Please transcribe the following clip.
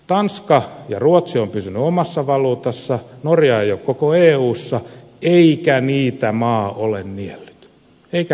tanska ja ruotsi ovat pysyneet omassa valuutassaan norja ei ole koko eussa eikä niitä maa ole niellyt eikä niele